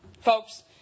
folks